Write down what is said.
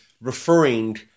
referring